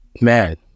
Man